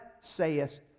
sayest